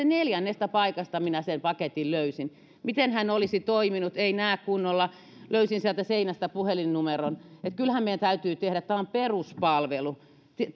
neljännestä paikasta minä sen paketin löysin miten hän olisi toiminut kun ei näe kunnolla löysin sieltä seinästä puhelinnumeron että kyllähän meidän täytyy jotain tehdä tämä on peruspalvelu